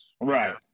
Right